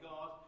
God